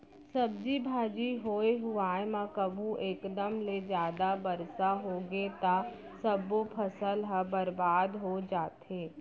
सब्जी भाजी होए हुवाए म कभू एकदम ले जादा बरसा होगे त सब्बो फसल ह बरबाद हो जाथे